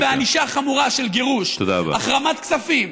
אלא בענישה חמורה של גירוש, החרמת כספים,